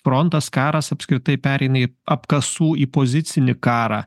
frontas karas apskritai pereina į apkasų į pozicinį karą